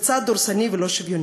בצעד דורסני ולא שוויוני.